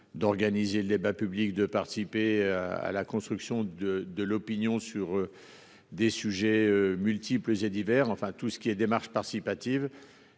d'organiser le débat public de participer à la construction de, de l'opinion sur. Des sujets multiples et divers enfin tout ce qui est démarches participatives